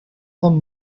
them